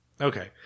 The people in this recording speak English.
Okay